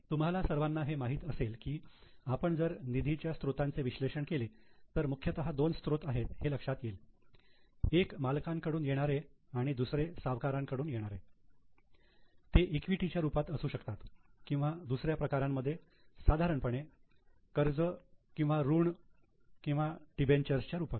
तुम्हा सर्वांना हे माहीत असेल की आपण जर निधीच्या स्त्रोतांचे विश्लेषण केले तर मुख्यतः दोन स्त्रोत आहेत हे लक्षात येईल एक मालकांकडून येणारे आणि दुसरे सावकारांकडून येणारे ते ईक्विटी च्या रूपात असू शकतात किंवा दुसऱ्या प्रकारांमध्ये साधारणपणे कर्ज किंवा डिबेंचर्स च्या रूपात